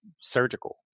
surgical